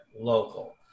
local